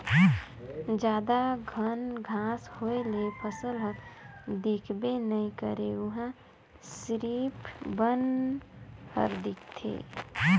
जादा घन घांस होए ले फसल हर दिखबे नइ करे उहां सिरिफ बन हर दिखथे